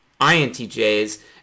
INTJs